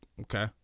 Okay